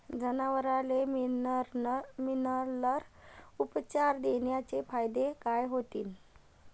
जनावराले मिनरल उपचार देण्याचे फायदे काय होतीन?